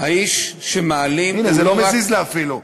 האיש שמעלים הוא, הנה, זה לא מזיז לה אפילו.